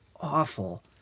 awful